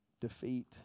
defeat